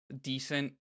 decent